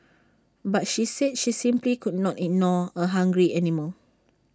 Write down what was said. but she said she simply could not ignore A hungry animal